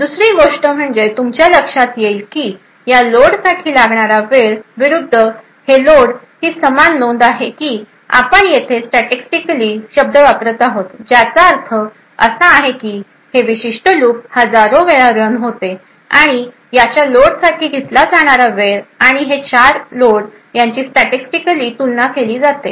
दुसरी गोष्ट म्हणजे तुमच्या लक्षात येईल की या लोड साठी लागणारा वेळ विरूद्ध हे लोड ही समान नोंद आहे की आपण येथे स्टॅटिस्टिकली शब्द वापरत आहोत ज्याचा अर्थ असा आहे की हे विशिष्ट लुप हजारो वेळा रन होते आणि याच्या लोड साठी घेतला जाणारा वेळ आणि हे 4 लोड यांची स्टॅटिस्टिकली तुलना केली जाते